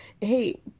Hey